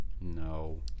No